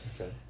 okay